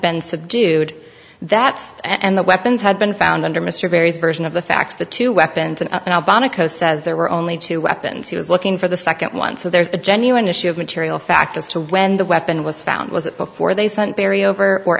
been subdued that's and the weapons had been found under mr various version of the facts the two weapons and obama coast says there were only two weapons he was looking for the second one so there's a genuine issue of material fact as to when the weapon was found was it before they sent barry over or